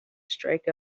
strike